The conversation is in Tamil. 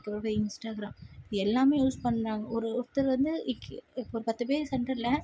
அதுபோக இன்ஸ்டாக்ராம் இது எல்லாமே யூஸ் பண்ணுறாங்க ஒரு ஒருத்தர் வந்து எக்கி இப்போ ஒரு பத்து பேர் சென்டரில்